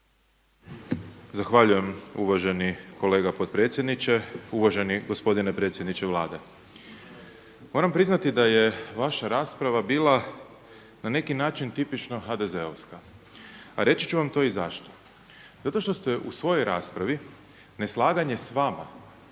Zahvaljujem uvaženi kolega potpredsjedniče, uvaženi gospodine predsjedniče Vlade. Moram priznati da je vaša rasprava bila na neki način tipično HDZ-ovska, a reći ću vam to i zašto. Zato što ste u svojoj raspravi neslaganje sa vama